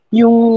yung